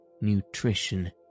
nutrition